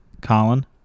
Colin